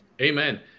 Amen